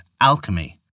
alchemy